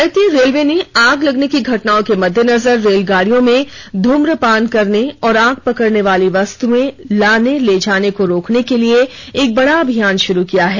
भारतीय रेलवे ने आग लगने की घटनाओं के मद्देनजर रेलगाडियों में ध्रम्रपान करने और आग पकडने वाली वस्तुएं लाने ले जाने को रोकने के लिए एक बडा अभियान शुरू किया है